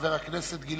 לחבר הכנסת גילאון,